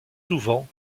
souvent